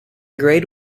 grade